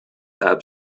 app